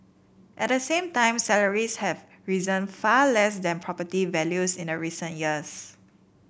at the same time salaries have risen far less than property values in recent years